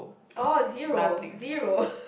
oh zero zero